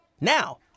Now